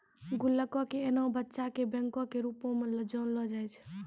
गुल्लको के एना बच्चा के बैंको के रुपो मे जानलो जाय छै